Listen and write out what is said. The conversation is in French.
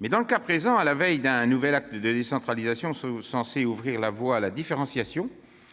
Toutefois, dans le cas présent, à la veille d'un nouvel acte de décentralisation censé ouvrir la voie à la différenciation,